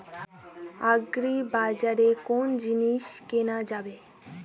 আগ্রিবাজারে কোন জিনিস কেনা যাবে?